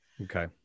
Okay